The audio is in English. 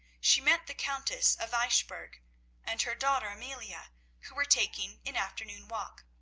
she met the countess of eichbourg and her daughter amelia who were taking an afternoon walk.